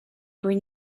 bring